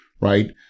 right